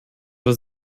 war